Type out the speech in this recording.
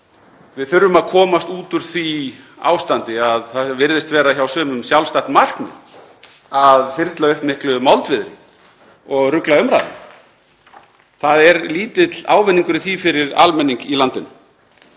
Við þurfum að komast út úr því ástandi að hjá sumum virðist vera sjálfstætt markmið að þyrla upp miklu moldviðri og rugla umræðuna. Það er lítill ávinningur í því fyrir almenning í landinu.